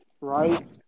right